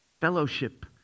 fellowship